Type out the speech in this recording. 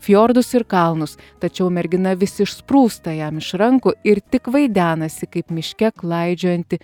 fjordus ir kalnus tačiau mergina vis išsprūsta jam iš rankų ir tik vaidenasi kaip miške klaidžiojanti